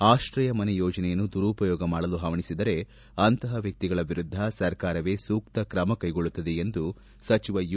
ಆಶ್ರಯ ಮನೆ ಯೋಜನೆಯನ್ನು ದುರುಪಯೋಗ ಮಾಡಲು ಹವಣಿಸಿದರೆ ಅಂತಹ ವ್ಯಕ್ತಿಗಳ ವಿರುದ್ದ ಸರಕಾರವೇ ಸೂಕ್ತ ಕ್ರಮಕ್ಕೆಗೊಳ್ಳುತ್ತದೆ ಎಂದು ಸಚಿವ ಯು